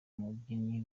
umubyinnyi